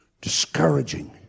discouraging